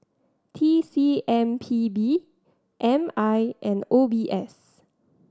T C M P B M I and O B S